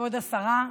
כבוד השרה,